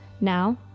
Now